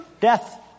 Death